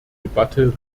debatte